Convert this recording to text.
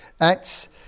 Acts